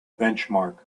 benchmark